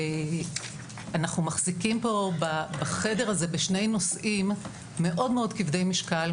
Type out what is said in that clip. אנחנו מחזיקים בחדר הזה בשני נושאים מאוד כבדי משקל,